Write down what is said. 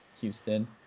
Houston